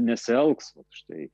nesielgs vat štai